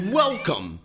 welcome